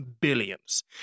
billions